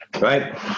Right